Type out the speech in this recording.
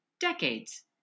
decades